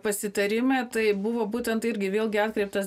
pasitarime tai buvo būtent irgi vėlgi atkreiptas